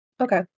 Okay